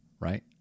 right